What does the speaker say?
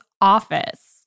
office